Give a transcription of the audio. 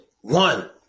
one